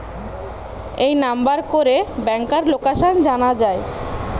এই নাম্বার করে ব্যাংকার লোকাসান জানা যায়